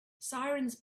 sirens